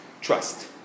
trust